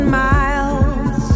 miles